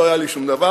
לא היה לי שום דבר,